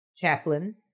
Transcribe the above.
chaplain